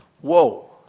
Whoa